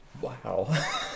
Wow